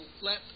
let